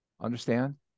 Understand